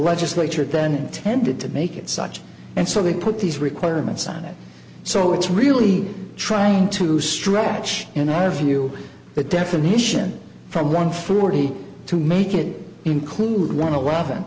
legislature then tended to make it such and so they put these requirements on it so it's really trying to stretch and i view the definition from one forty to make it include one